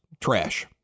trash